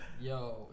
Yo